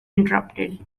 interrupted